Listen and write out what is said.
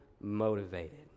motivated